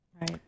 Right